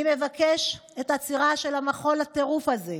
אני מבקש את העצירה של מחול הטירוף הזה,